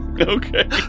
Okay